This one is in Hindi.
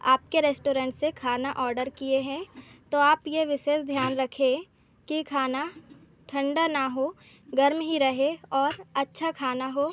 आपके रेस्टोरेंट से खाना ऑडर किए हैं तो आप यह विशेष ध्यान रखें कि खाना ठंडा न हो गर्म ही रहे और अच्छा खाना हो